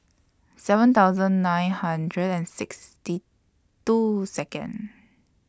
seven thousand nine hundred and sixty two Second